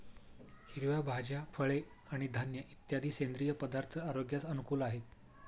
हिरव्या भाज्या, फळे आणि धान्य इत्यादी सेंद्रिय पदार्थ आरोग्यास अनुकूल आहेत